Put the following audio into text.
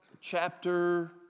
chapter